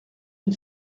une